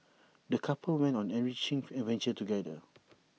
the couple went on an enriching adventure together